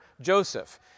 Joseph